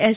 S